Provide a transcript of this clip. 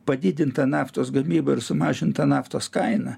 padidinta naftos gamyba ir sumažinta naftos kaina